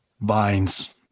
vines